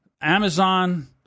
Amazon